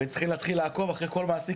וצריכים להתחיל לעקוב על כל מעסיק,